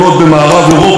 כי יש הרבה,